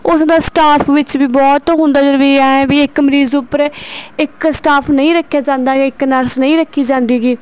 ਉੱਥੋਂ ਦਾ ਸਟਾਫ ਵਿੱਚ ਵੀ ਬਹੁਤ ਹੁੰਦਾ ਜਦੋਂ ਵੀ ਹੈ ਵੀ ਇੱਕ ਮਰੀਜ਼ ਦੇ ਉੱਪਰ ਇੱਕ ਸਟਾਫ ਨਹੀਂ ਰੱਖਿਆ ਜਾਂਦਾ ਜਾਂ ਇੱਕ ਨਰਸ ਨਹੀਂ ਰੱਖੀ ਜਾਂਦੀ ਗੀ